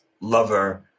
lover